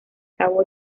cabo